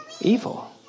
evil